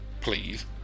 please